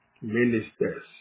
ministers